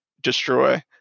destroy